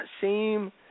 seem